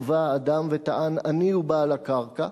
ובא אדם אחר וטען: אני הוא בעל הקרקע,